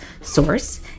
source